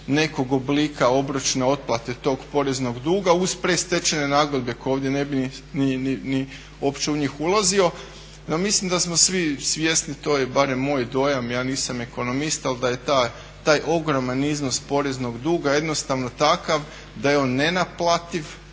nekog oblika obročne otplate tog poreznog duga uz predstečajne nagodbe koje ovdje ne bi ni uopće u njih ulazio. Ja mislim da smo svi svjesni to je barem moj dojam, ja nisam ekonomista, ali da je taj ogroman iznos poreznog duga jednostavno takav da je on nenaplativ